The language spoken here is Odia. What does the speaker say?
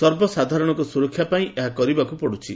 ସର୍ବସାଧାରଶଙ୍କ ସୁରକ୍ଷା ପାଇଁ ଏହା କରିବାକୁ ପଡୁଛି